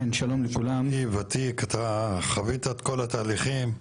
אתה ותיק, אתה חווית את כל התהליכים.